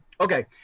okay